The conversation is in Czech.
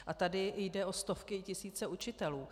A tady jde o stovky i tisíce učitelů.